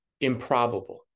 improbable